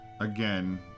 again